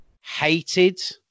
hated